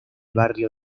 barrio